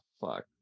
fuck